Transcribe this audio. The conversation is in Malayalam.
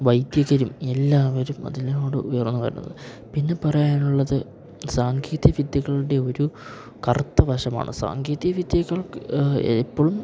വൈദികരും എല്ലാവരും അതിനോട് ഉയർന്നു വരുന്നത് പിന്നെ പറയാനുള്ളത് സാങ്കേദിക വിദ്യകളുടെ ഒരു കറുത്തവശമാണ് സാങ്കേതികവിദ്യകൾ എപ്പോഴും